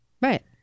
right